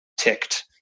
ticked